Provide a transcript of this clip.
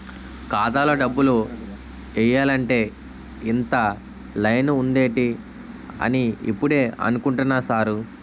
ఖాతాలో డబ్బులు ఎయ్యాలంటే ఇంత లైను ఉందేటి అని ఇప్పుడే అనుకుంటున్నా సారు